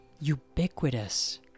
ubiquitous